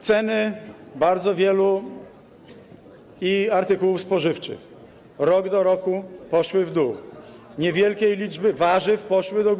Ceny bardzo wielu i artykułów spożywczych rok do roku poszły w dół, niewielkiej liczby warzyw poszły do góry.